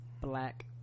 black